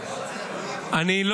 מה